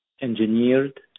engineered